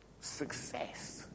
success